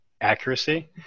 accuracy